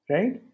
Right